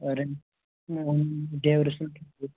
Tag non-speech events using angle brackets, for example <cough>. <unintelligible> drivers <unintelligible>